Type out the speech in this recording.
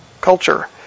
culture